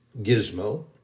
gizmo